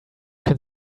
can